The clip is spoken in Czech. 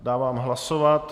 Dávám hlasovat.